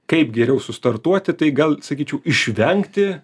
kaip geriau sustartuoti tai gal sakyčiau išvengti